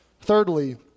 Thirdly